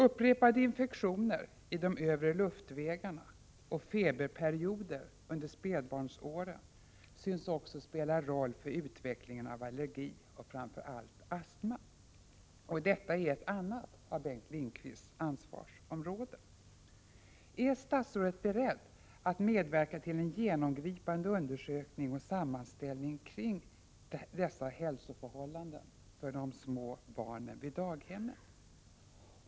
Upprepade infektioner i de övre luftvägarna och feberperioder under spädbarnsåren synes också spela roll för utvecklingen av allergi och framför allt astma. Detta är ett annat av statsrådet Lindqvists arbetsområden. Är statsrådet beredd att medverka till en genomgripande undersökning och sammanställning kring detta?